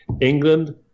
england